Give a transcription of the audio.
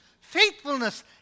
faithfulness